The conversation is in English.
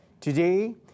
Today